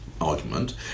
argument